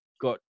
got